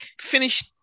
finish